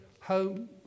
home